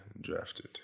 drafted